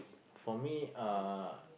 for me uh